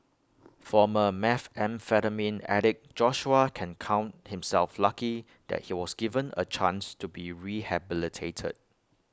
former methamphetamine addict Joshua can count himself lucky that he was given A chance to be rehabilitated